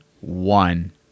one